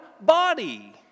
body